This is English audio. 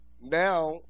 Now